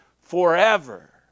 forever